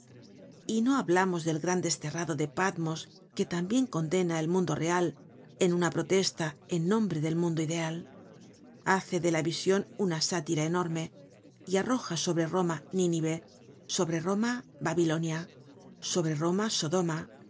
y no hablamos del gran desterrado de patmos que tambien condena el mundo real en una protesta en nombre del mundo ideal hace de la vision una sátira enorme y arroja sobre roma nínive sobre romababilonia sobre